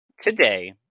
today